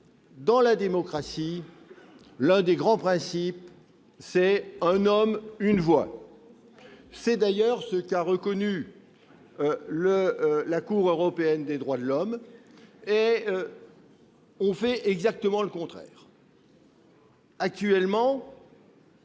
de la démocratie, c'est :« Un homme, une voix. » C'est d'ailleurs ce qu'a reconnu la Cour européenne des droits de l'homme. Or on fait exactement le contraire ! Actuellement,